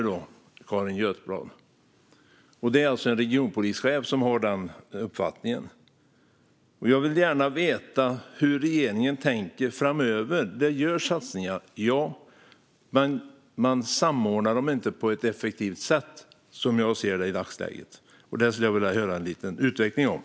Det är alltså en regionpolischef som har den uppfattningen. Jag vill gärna veta hur regeringen tänker framöver. Ja, man gör satsningar, men man samordnar dem inte på ett effektivt sätt, som jag ser det i dagsläget. Jag vill höra statsrådet utveckla detta.